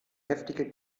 heftige